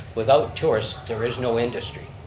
without tourists, there is no industry.